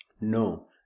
No